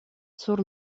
sur